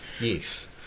Yes